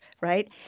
right